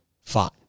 fine